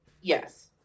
yes